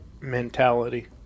mentality